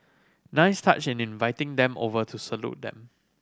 nice touch in inviting them over to salute them